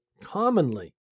commonly